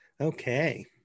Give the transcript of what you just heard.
Okay